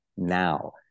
Now